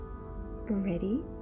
ready